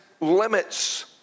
limits